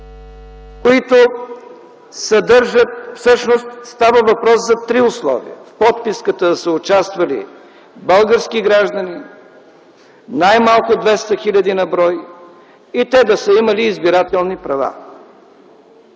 които съдържат... Всъщност става въпрос за три условия – в подписката да са участвали български граждани, най-малко 200 000 на брой и те да са имали избирателни права.